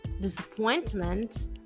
disappointment